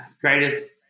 greatest